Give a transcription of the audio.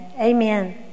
Amen